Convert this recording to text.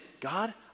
God